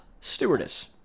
stewardess